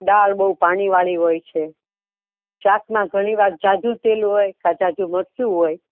દાળ બહુ પાણી વાળી હોય છે શાકમાં ઘણીવાર ઝાઝું તેલ હોય કાં ઝાઝું મરચું હોય